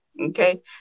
Okay